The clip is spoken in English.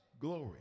glory